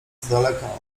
daleka